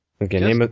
Okay